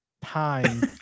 Time